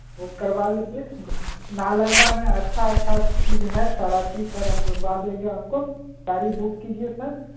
book करवा लीजिये नालंदा में अच्छा अच्छा चीज़ है सारा चीज़ सर हम घुमबा देंगे आपको गाड़ी बुक कीजिए सर